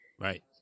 Right